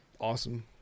awesome